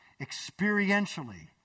experientially